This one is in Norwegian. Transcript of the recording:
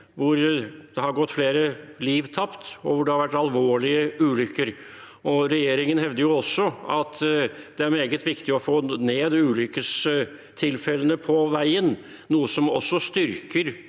hvor det har gått flere liv tapt, og hvor det har vært alvorlige ulykker. Regjeringen hevder jo også at det er meget viktig å få ned ulykkestilfellene på veien, noe som styrker